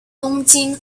东京